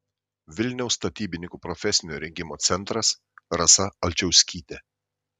vilniaus statybininkų profesinio rengimo centras rasa alčauskytė